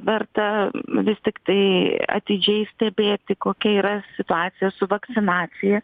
verta vis tiktai atidžiai stebėti kokia yra situacija su vakcinacija